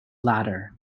latter